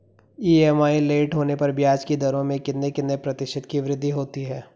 EMI late होने पर ब्याज की दरों में कितने कितने प्रतिशत की वृद्धि होती है?